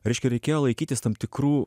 reiškia reikėjo laikytis tam tikrų